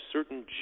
Certain